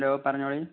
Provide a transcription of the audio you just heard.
hello പറഞ്ഞോളി